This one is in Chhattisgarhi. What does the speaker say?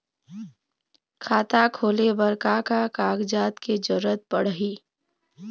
खाता खोले बर का का कागजात के जरूरत पड़ही?